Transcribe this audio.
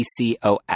PCOS